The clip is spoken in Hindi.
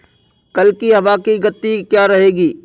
कल की हवा की गति क्या रहेगी?